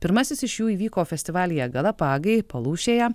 pirmasis iš jų įvyko festivalyje galapagai palūšėje